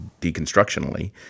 deconstructionally